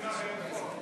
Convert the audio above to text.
למחוק.